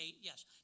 yes